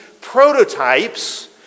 prototypes